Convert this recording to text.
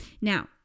Now